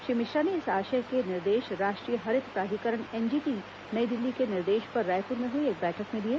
श्री मिश्रा ने इस आशय के निर्देश राष्ट्रीय हरित प्राधिकरण एन जीटी नई दिल्ली के निर्देश पर रायपुर में हुई एक बैठक में दिए